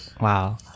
wow